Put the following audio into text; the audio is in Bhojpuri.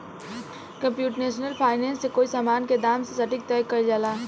कंप्यूटेशनल फाइनेंस से कोई समान के दाम के सटीक तय कईल जाला